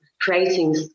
creating